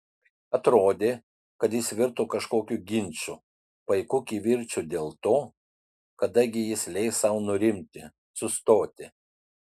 atrodė kad jis virto kažkokiu ginču paiku kivirču dėl to kada gi jis leis sau nurimti sustoti